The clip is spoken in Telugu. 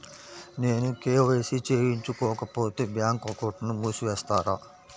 నేను కే.వై.సి చేయించుకోకపోతే బ్యాంక్ అకౌంట్ను మూసివేస్తారా?